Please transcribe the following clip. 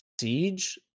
Siege